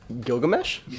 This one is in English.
Gilgamesh